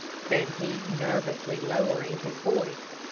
said he, nervously lowering his voice,